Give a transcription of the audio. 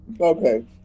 Okay